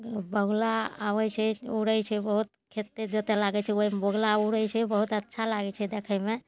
बगुला आबै छै उड़ै छै बहुत खेत तेत जोतै लागै छै ओहिमे बगुला उड़ै छै बहुत अच्छा लागै छै देखैमे